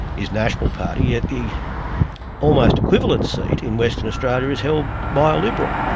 is national party yet the almost equivalent seat, in western australia is held by a liberal?